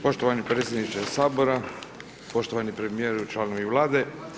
Poštovani predsjedniče Sabora, poštovani premijer i članovi Vlade.